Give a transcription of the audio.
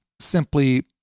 simply